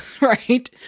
right